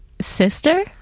sister